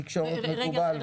תקשורת מקובל.